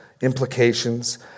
implications